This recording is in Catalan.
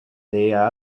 deia